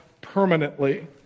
permanently